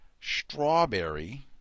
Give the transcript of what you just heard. strawberry